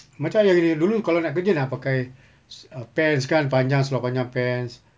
macam ayah kerja kerja dulu kalau nak kerja nak pakai se~ uh pants kan seluar panjang pants